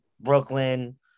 Brooklyn